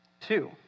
Two